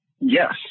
Yes